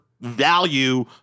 value